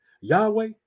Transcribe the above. yahweh